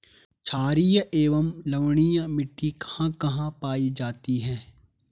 छारीय एवं लवणीय मिट्टी कहां कहां पायी जाती है?